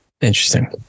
Interesting